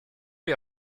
les